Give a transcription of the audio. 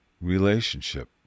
relationship